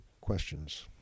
questions